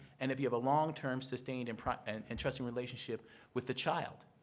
and if you have a long-term sustained and and and trusting relationship with the child.